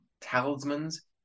talismans